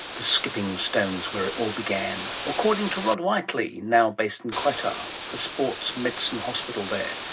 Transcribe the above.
the skipping stones where it all began, according to rod whiteley, now based in qatar, the sports medicine hospital there,